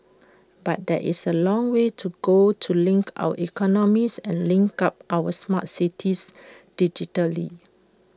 but there is A long way to go to link our economies and link up our smart cities digitally